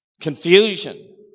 confusion